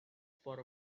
for